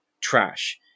trash